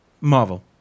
Marvel